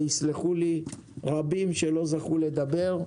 יסלחו לי רבים שלא זכו לדבר.